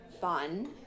fun